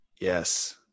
Yes